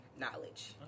knowledge